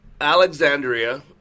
Alexandria